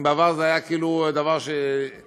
אם בעבר זה היה כאילו דבר שהתנהל,